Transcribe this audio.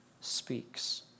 speaks